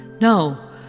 No